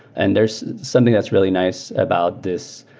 and there's something that's really nice about this.